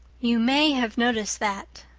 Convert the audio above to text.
you may have noticed that.